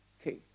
Okay